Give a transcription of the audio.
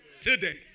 Today